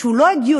שהוא לא הגיוני